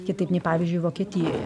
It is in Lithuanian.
kitaip nei pavyzdžiui vokietijoje